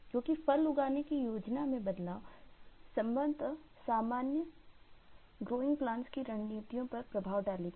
क्योंकि फल उगाने की योजना में बदलाव संभवत सामान्य "growing plans" की रणनीतियों पर प्रभाव डालेगी